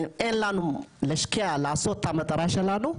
אין לנו להשקיע לעשות את המטרה שלנו,